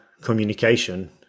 communication